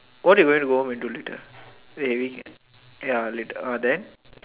what are you going to home to do later very ya later uh then